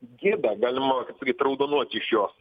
gėda galima kaip sakyt raudonuoti iš jos